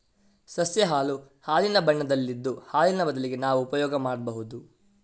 ಸಸ್ಯ ಹಾಲು ಹಾಲಿನ ಬಣ್ಣದಲ್ಲಿದ್ದು ಹಾಲಿನ ಬದಲಿಗೆ ನಾವು ಉಪಯೋಗ ಮಾಡ್ಬಹುದು